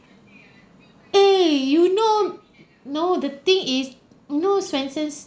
eh you know no the thing is no swensen's